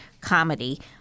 comedy